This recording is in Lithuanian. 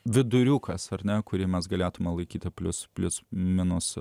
viduriukas ar ne kurį mes galėtumėme laikyti plius plius minus